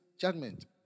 judgment